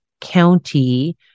county